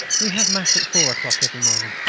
we have mass at four o'clock every morning.